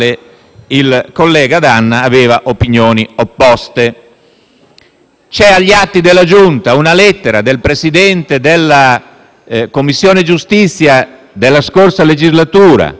il collega D'Anna aveva opinioni opposte. C'è agli atti della Giunta una lettera del Presidente della Commissione giustizia della scorsa legislatura